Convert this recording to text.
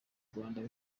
rwanda